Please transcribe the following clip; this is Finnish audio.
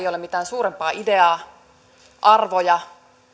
ei ole mitään suurempaa ideaa arvoja